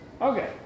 Okay